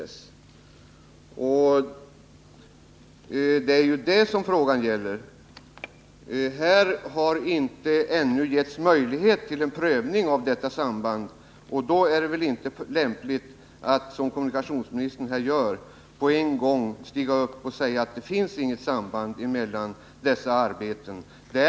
Statsrådet Georg Danell har emellertid bl.a. i Radio Södertälje hävdat att regeringen inte kan ta ställning till ansökningar om koleldade anläggningar innan man utarbetat en samlad kolpolitik.